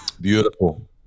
Beautiful